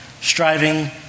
striving